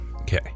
Okay